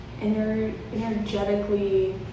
energetically